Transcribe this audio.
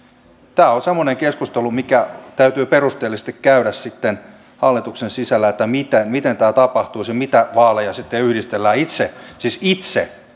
tämä on semmoinen keskustelu mikä täytyy perusteellisesti käydä sitten hallituksen sisällä että miten tämä tapahtuisi ja mitä vaaleja sitten yhdistellään itse siis itse